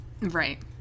Right